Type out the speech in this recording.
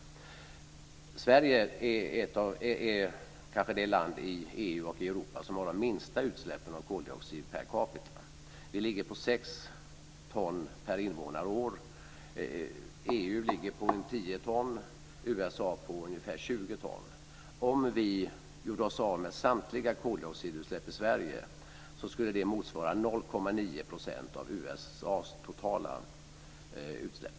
Sverige är kanske det land i EU och i Europa som har de minsta utsläppen av koldioxid per capita. Vi ligger på 6 ton per invånare och år. EU ligger på 10 ton och USA på ungefär 20 ton. Om vi gjorde oss av med samtliga koldioxidutsläpp i Sverige skulle det motsvara 0,9 % av USA:s totala utsläpp.